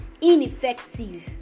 ineffective